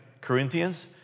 Corinthians